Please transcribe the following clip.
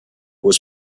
was